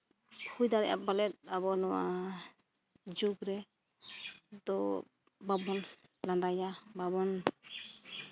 ᱦᱩᱭ ᱫᱟᱲᱮᱭᱟᱜᱼᱟ ᱯᱟᱞᱮᱫ ᱟᱵᱚ ᱱᱚᱣᱟ ᱡᱩᱜᱽ ᱨᱮᱫᱚ ᱵᱟᱵᱚᱱ ᱞᱟᱸᱫᱟᱭᱟ ᱵᱟᱵᱚᱱ